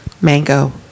mango